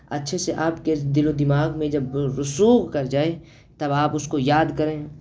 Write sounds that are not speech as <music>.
اچھے سے آپ کے دل و دماغ میں جب <unintelligible> کر جائے تب آپ اس کو یاد کریں